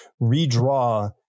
redraw